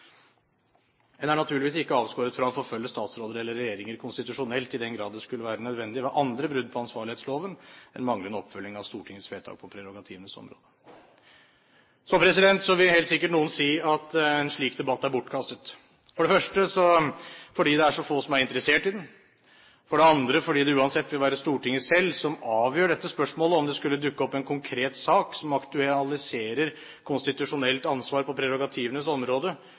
En er naturligvis ikke avskåret fra å forfølge statsråder eller regjeringer konstitusjonelt i den grad det skulle være nødvendig ved andre brudd på ansvarlighetsloven enn manglende oppfølging av Stortingets vedtak på prerogativenes område. Så vil helt sikkert noen si at en slik debatt er bortkastet, for det første fordi det er så få som er interessert i den, for det andre fordi det uansett vil være Stortinget selv som avgjør dette spørsmålet om det skulle dukke opp en konkret sak som aktualiserer konstitusjonelt ansvar på prerogativenes område